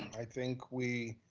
i think we,